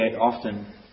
often